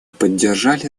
поддержали